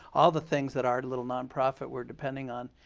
all the things that our little non-profit were depending on.